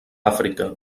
àfrica